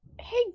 Hey